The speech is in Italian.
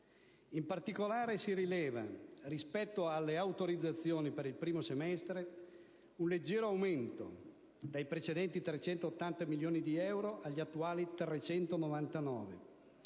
In particolare si rileva, rispetto alle autorizzazioni per il primo semestre, un leggero aumento (dai precedenti 380 milioni di euro agli attuali 399)